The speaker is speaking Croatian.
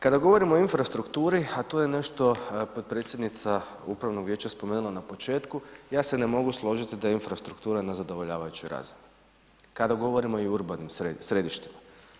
Kada govorimo o infrastrukturi, a to je nešto potpredsjednica Upravnog vijeća spomenula na početku, ja se ne mogu složiti da je infrastruktura na zadovoljavajućoj razini, kada govorimo i o urbanim središtima.